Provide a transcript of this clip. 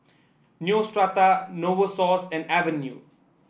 Neostrata Novosource and Avene